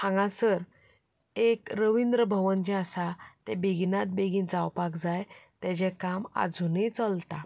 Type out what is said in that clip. हांगा सर एक रविंद्र भवन जें आसा तें बेगीनाच बेगीन जावपाक जाय ताजें काम आजुनूय चलता